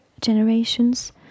generations